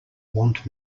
want